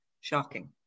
Shocking